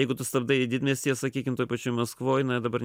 jeigu tu stabdai didmiestyje sakykim toj pačioj maskvoj na dabar